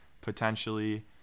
potentially